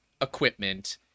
equipment